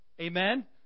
Amen